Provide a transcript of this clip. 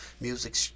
music